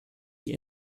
die